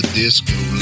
disco